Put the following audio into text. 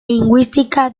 lingüística